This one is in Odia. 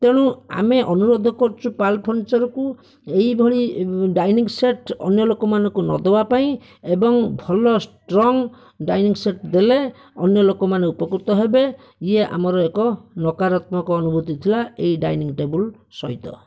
ତେଣୁ ଆମେ ଅନୁରୋଧ କରୁଛୁ ପାଲ ଫର୍ନିଚରକୁ ଏହିଭଳି ଡାଇନିଂ ସେଟ୍ ଅନ୍ୟ ଲୋକମାନଙ୍କୁ ନଦେବା ପାଇଁ ଏବଂ ଭଲ ଷ୍ଟ୍ରଙ୍ଗ ଡାଇନିଂ ସେଟ ଦେଲେ ଅନ୍ୟ ଲୋକମାନେ ଉପକୃତ ହେବେ ଇଏ ଆମର ଏକ ନକରାତ୍ମକ ଅନୁଭୂତି ଥିଲା ଏହି ଡାଇନିଂ ଟେବୁଲ୍ ସହିତ